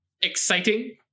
exciting